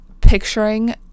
picturing